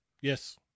Yes